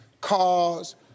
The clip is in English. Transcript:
cars